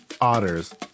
otters